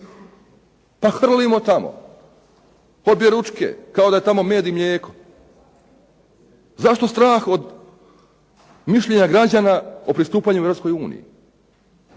Pa hrlimo tamo, objeručke, kao da je tamo med i mlijeko, zašto strah od mišljenja građana o pristupanju Europskoj uniji.